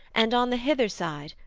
and on the hither side,